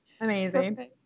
Amazing